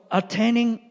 attaining